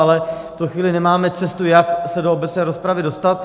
Ale v tuto chvíli nemáme cestu, jak se do obecné rozpravy dostat.